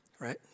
right